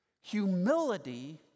humility